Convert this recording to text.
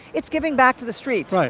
it's giving back to the streets.